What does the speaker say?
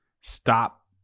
stop